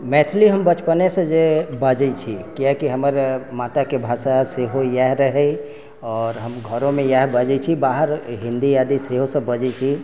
मैथिलि हम बचपने सँ जे बजै छी कियाकि हमर माता के भाषा सेहो इएह रहै आओर हम घरो मे इएह बजै छी बाहर हिन्दी आदि सेहो सब बजै छी